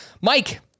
Mike